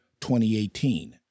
2018